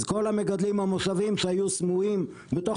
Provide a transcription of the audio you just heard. אז כל המגדלים המושבים שהיו סמויים בתוך